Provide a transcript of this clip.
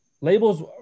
labels